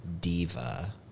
diva